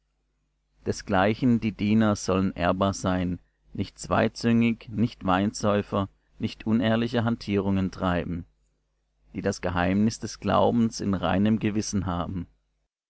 desgleichen die diener sollen ehrbar sein nicht zweizüngig nicht weinsäufer nicht unehrliche hantierungen treiben die das geheimnis des glaubens in reinem gewissen haben